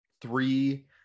three